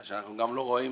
אנחנו גם לא רואים